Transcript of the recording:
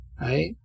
right